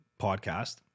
podcast